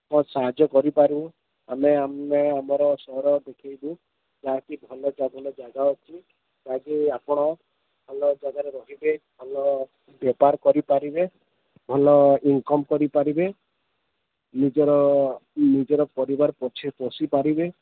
ହଁ ସାହାଯ୍ୟ କରି ପାରୁ ଆମେ ଆମେ ଆମ ସହର ଦେଖେଇବୁ ଯାହାକି ଭଲ ଜଙ୍ଗଲ ଜାଗା ଅଛି ତାକି ଆପଣ ଭଲ ଜାଗାରେ ରହିବେ ଭଲ ବେପାର କରି ପାରିବେ ଭଲ ଇନ୍କମ୍ କରି ପାରିବେ ନିଜର ନିଜର ପରିବାର ପଛେ ପୋଷି ପାରିବେ